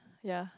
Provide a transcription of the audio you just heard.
ya